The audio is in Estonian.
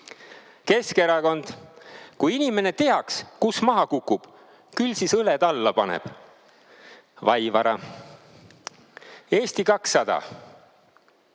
Märjamaa. Keskerakond, "Kui inimene teaks, kus maha kukub, küll siis õled alla paneb." Vaivara. Eesti 200,